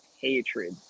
hatred